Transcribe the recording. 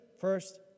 first